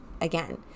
again